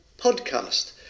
Podcast